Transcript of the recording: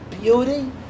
beauty